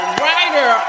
writer